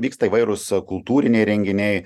vyksta įvairūs kultūriniai renginiai